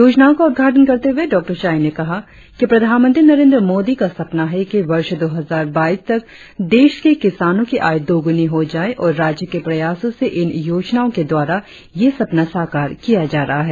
योजनाओं का उद्घाटन करते हुए डॉ चाइ ने कहा कि प्रधानमंत्री नरेंद्र मोदी का सपना है कि वर्ष दो हजार बाईस तक देश के किसानों की आय दोगुनी हो जाये और राज्य के प्रयासो से इन योजनाओं के द्वारा यह सपना साकार किया जा रहा है